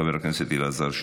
חבר הכנסת אלעזר שטרן,